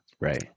Right